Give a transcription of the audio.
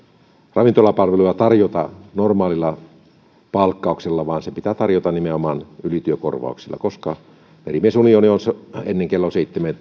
ravintolapalveluja tarjota normaalilla palkkauksella vaan ne pitää tarjota nimenomaan ylityökorvauksilla koska merimies unioni on määritellyt sen normaalityöajan olevan ennen kello